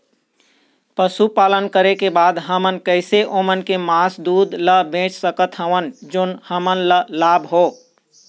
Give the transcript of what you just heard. पशुपालन करें के बाद हम कैसे ओमन के मास, दूध ला बेच सकत हन जोन हमन ला लाभ हो?